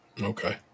okay